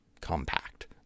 compact